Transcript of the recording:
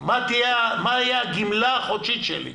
מה תהיה הגמלה החודשית שלי,